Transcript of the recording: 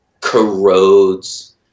corrodes